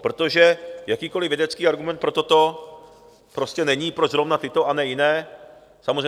Protože jakýkoliv vědecký argument pro toto prostě není, proč zrovna tyto a ne jiné.